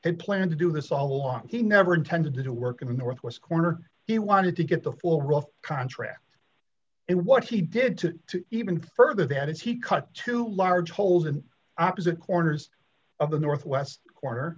had planned to do this all along he never intended to work in the northwest corner he wanted to get the full rough contract in what he did to even further than if he cut too large holes in opposite corners of the northwest corner